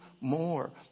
more